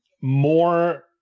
more